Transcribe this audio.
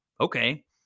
Okay